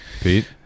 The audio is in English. Pete